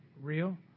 real